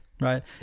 Right